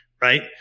right